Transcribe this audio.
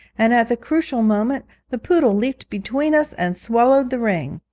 and at the critical moment the poodle leaped between us and swallowed the ring.